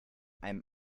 einem